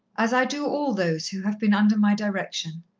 as i do all those who have been under my direction.